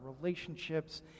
relationships